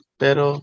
pero